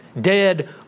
dead